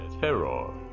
terror